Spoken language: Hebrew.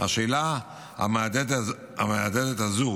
השאלה המהדהדת הזו,